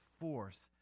force